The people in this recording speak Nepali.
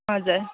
हजुर